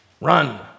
run